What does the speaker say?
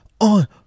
on